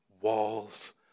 walls